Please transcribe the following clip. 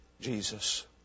Jesus